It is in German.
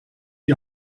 die